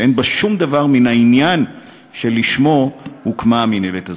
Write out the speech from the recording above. שאין בה שום דבר מן העניין שלשמו הוקמה המינהלת הזאת.